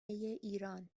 ایران